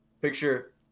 Picture